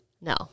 No